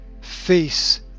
Face